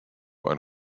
and